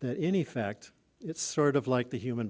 that in effect it's sort of like the human